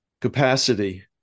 capacity